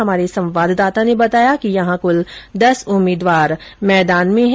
हमारे संवाददाता ने बताया कि यहां कुल दस उम्मीदवार मैदान में है